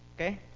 Okay